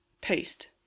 paste